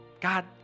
God